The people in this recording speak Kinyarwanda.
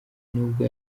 nubwo